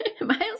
Miles